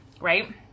right